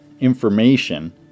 information